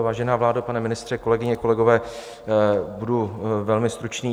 Vážená vládo, pane ministře, kolegyně, kolegové, budu velmi stručný.